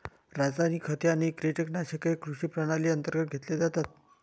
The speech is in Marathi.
रासायनिक खते आणि कीटकनाशके कृषी प्रणाली अंतर्गत घेतले जातात